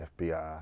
FBI